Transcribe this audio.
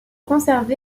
conservé